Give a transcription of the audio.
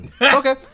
Okay